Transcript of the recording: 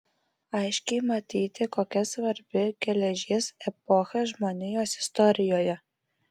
aiškiai matyti kokia svarbi geležies epocha žmonijos istorijoje